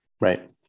Right